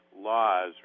laws